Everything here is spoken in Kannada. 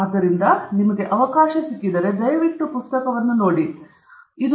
ಆದ್ದರಿಂದ ನಿಮಗೆ ಅವಕಾಶ ಸಿಕ್ಕಿದರೆ ದಯವಿಟ್ಟು ಪುಸ್ತಕವನ್ನು ನೋಡೋಣ